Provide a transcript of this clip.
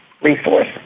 resource